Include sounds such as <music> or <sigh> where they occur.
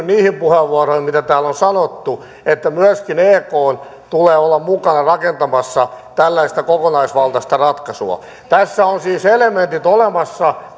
<unintelligible> niihin puheenvuoroihin mitä täällä on sanottu että myöskin ekn tulee olla mukana rakentamassa tällaista kokonaisvaltaista ratkaisua tässä on siis elementit olemassa <unintelligible>